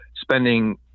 spending